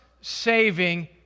saving